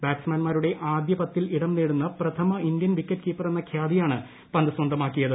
ബാറ്റ്സ്മാൻമാരുടെ ആദ്യ പത്തിൽ ഇടം നേടുന്ന പ്രഥമ ഇന്ത്യൻ വിക്കറ്റ് കീപ്പറെന്ന ഖ്യാതിയാണ് പന്ത് സ്വന്തമാക്കിയത്